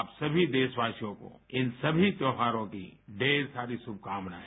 आप सभी देशवासियों को इन सभी त्योहारों की ढ़ेर सारी शुभकामनाएँ